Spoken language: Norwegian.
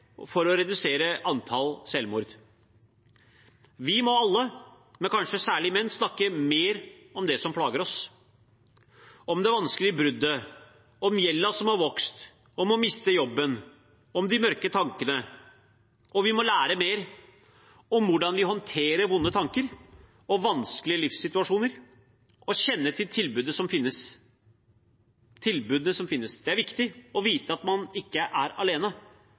for å redusere antall selvmord. Vi må alle, men kanskje særlig menn, snakke mer om det som plager oss – om det vanskelige bruddet, om gjelda som har vokst, om å ha mistet jobben, om de mørke tankene. Vi må lære mer om hvordan vi håndterer vonde tanker og vanskelige livssituasjoner og kjenne til tilbudene som finnes. Det er viktig å vite at man ikke er alene,